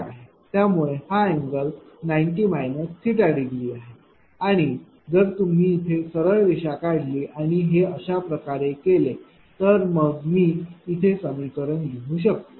त्यामुळेच हा अँगल 90 आहे डिग्री आहे आणि जर तुम्ही सरळ रेषा काढली आणि हे अशा प्रकारे केले तर मग मी इथे समीकरण लिहू शकतो